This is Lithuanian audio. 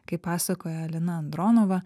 kaip pasakoja alina andronova